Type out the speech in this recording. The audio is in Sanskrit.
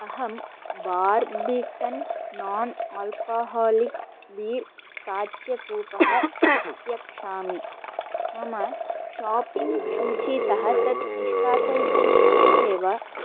अहं बार्बिकन् नान् आल्कहोलिक् बीर् काच्यकूपः तित्यक्षामि मम शाप्पिङ्ग् सूचितः तत् निष्कासयितुं शक्यसे वा